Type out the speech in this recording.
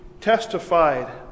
testified